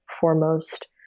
foremost